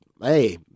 hey